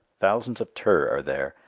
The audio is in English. thousands of turr are there,